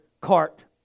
cart